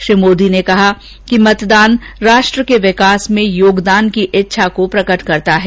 श्री मोदी ने कहा कि मतदान राष्ट्र के विकास में योगदान की इच्छा को प्रकट करता है